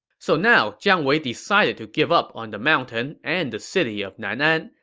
so now, jiang wei decided to give up on the mountain and the city of nan'an.